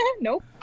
nope